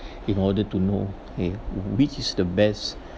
in order to know !hey! which is the best